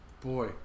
Boy